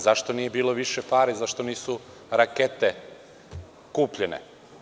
Zašto nije bilo više para i zašto nisu rakete kupljene?